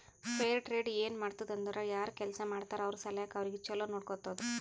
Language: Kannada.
ಫೇರ್ ಟ್ರೇಡ್ ಏನ್ ಮಾಡ್ತುದ್ ಅಂದುರ್ ಯಾರ್ ಕೆಲ್ಸಾ ಮಾಡ್ತಾರ ಅವ್ರ ಸಲ್ಯಾಕ್ ಅವ್ರಿಗ ಛಲೋ ನೊಡ್ಕೊತ್ತುದ್